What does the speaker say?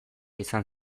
izan